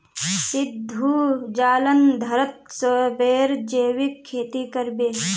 सिद्धू जालंधरत सेबेर जैविक खेती कर बे